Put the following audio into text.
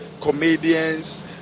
Comedians